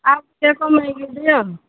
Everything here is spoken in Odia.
ଆଉ ଟିକେ କମେଇକି ଦିଅ